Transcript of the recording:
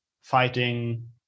fighting